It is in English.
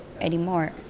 anymore